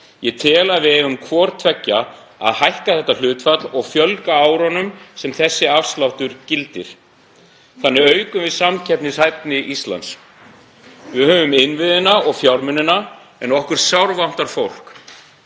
ég tel að við eigum hvort tveggja að hækka þetta hlutfall og fjölga árunum sem þessi afsláttur gildir. Þannig aukum við samkeppnishæfni Íslands. Við höfum innviðina og fjármunina en okkur sárvantar fólk.